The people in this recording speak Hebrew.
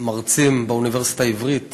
שני מרצים באוניברסיטה העברית